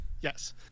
Yes